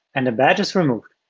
and the badge is removed.